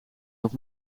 nog